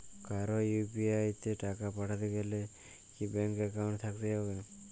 কারো ইউ.পি.আই তে টাকা পাঠাতে গেলে কি ব্যাংক একাউন্ট থাকতেই হবে?